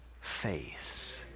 face